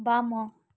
ବାମ